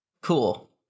Cool